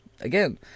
Again